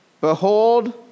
Behold